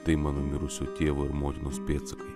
tai mano mirusio tėvo ir motinos pėdsakai